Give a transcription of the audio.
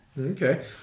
Okay